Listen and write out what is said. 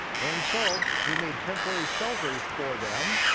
and so he made temporary shelters for them,